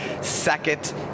second